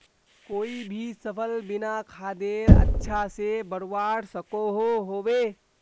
कोई भी सफल बिना खादेर अच्छा से बढ़वार सकोहो होबे?